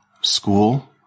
school